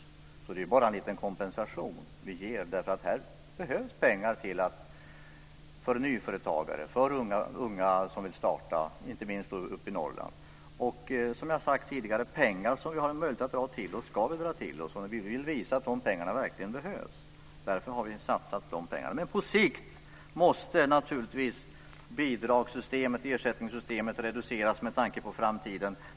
Detta är alltså bara en liten kompensation vi ger därför att det behövs pengar för nyföretagare, för unga som vill starta lantbruk, inte minst uppe i Norrland. Det är som jag har sagt tidigare: Pengar som vi har möjlighet att dra till oss ska vi dra till oss. Vi vill visa att pengarna också verkligen behövs. Därför har vi satsat dessa pengar. På sikt måste naturligtvis bidragssystemet, ersättningssystemet, reduceras med tanke på framtiden.